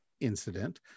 incident